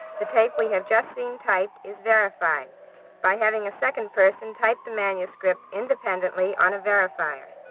the tape we have just seen typed is verified by having a second person type the manuscript independently on a verifier.